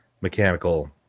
mechanical